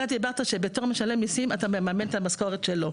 אתה דיברת על זה שבתור משלם מיסים אתה מממן את המשכורת שלו.